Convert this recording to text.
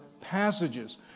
passages